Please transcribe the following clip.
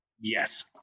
Yes